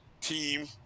team